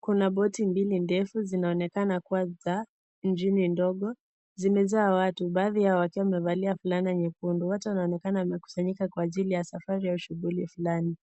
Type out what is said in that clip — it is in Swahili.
Kuna boti mbili ndefu zinaonekana kuwa za injini ndogo. Zimejaa watu. Baadhi ya watu hao wamevalia fulana nyekundu. Watu wanaonekana wamekusanyika kwa ajili ya safari au shughuli fulani.